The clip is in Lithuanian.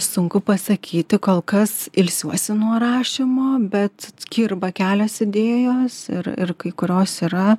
sunku pasakyti kol kas ilsiuosi nuo rašymo bet kirba kelios idėjos ir ir kai kurios yra